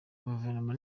guverinoma